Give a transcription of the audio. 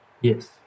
Yes